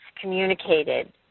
communicated